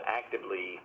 actively